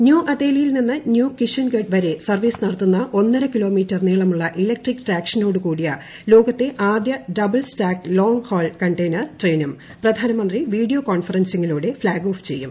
new അതേലിയിൽ നിന്ന് New Kishangarh വരെ സർവീസ് നടത്തുന്ന ഒന്നരകിലോമീറ്റർ നീളമുള്ള ഇലക്ട്രിക് ട്രാക്ഷനോട് കൂടിയ ലോകത്തെ ആദ്യ double stack long haul container ട്രെയിനും പ്രധാനമന്ത്രി വീഡിയോ കോൺഫെറെൻസിങ്ങിലൂടെ ഫ്ളാഗ് ഓഫ് ചെയ്യും